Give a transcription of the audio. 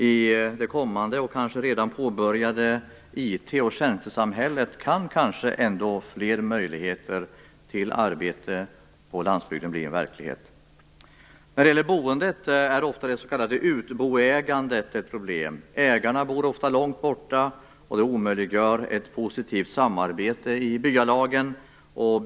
I det kommande och kanske redan påbörjade IT och tjänstesamhället kan kanske ändå fler möjligheter till arbete på landsbygden bli verklighet. När det gäller boendet är ofta det s.k. utboägandet ett problem. Ägarna bor ofta långt borta, och det omöjliggör ett positivt samarbete i byalagen.